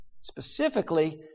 Specifically